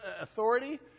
authority